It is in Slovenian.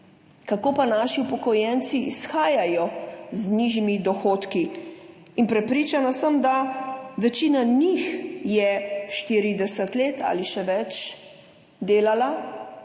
Kako pa naši upokojenci shajajo z nižjimi dohodki in prepričana sem, da večina njih je 40 let ali še več delala,